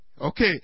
Okay